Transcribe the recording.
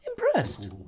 impressed